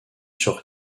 sur